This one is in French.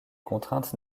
contraintes